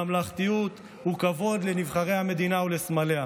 ממלכתיות וכבוד לנבחרי המדינה ולסמליה,